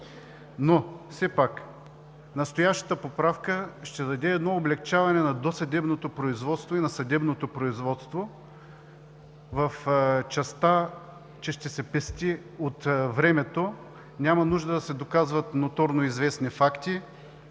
това си право. Настоящата поправка ще даде облекчаване на досъдебното производство и на съдебното производство в частта, че ще се пести от времето, няма нужда да се доказват ноторно известни факти,